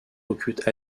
recrute